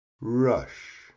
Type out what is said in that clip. rush